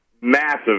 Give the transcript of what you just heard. massive